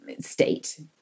state